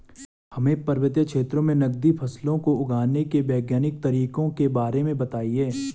हमें पर्वतीय क्षेत्रों में नगदी फसलों को उगाने के वैज्ञानिक तरीकों के बारे में बताइये?